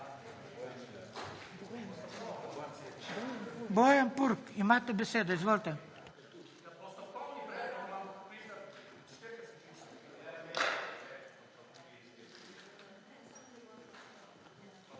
Bojan Purg imate bedsedo, izvolite.